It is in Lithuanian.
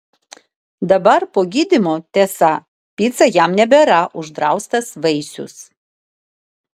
dabar po gydymo tiesa pica jam nebėra uždraustas vaisius